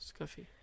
Scuffy